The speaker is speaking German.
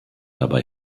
dabei